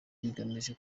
bigamije